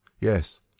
Yes